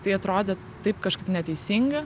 tai atrodė taip kažkaip neteisinga